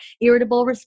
irritable